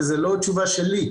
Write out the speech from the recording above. וזה לא תשובה שלי.